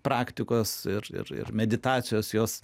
praktikos ir ir ir meditacijos jos